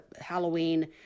Halloween